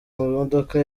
modoka